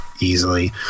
easily